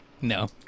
No